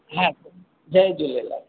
हा जय झूलेलाल